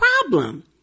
problem